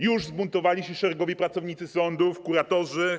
Już zbuntowali się szeregowi pracownicy sądów, kuratorzy.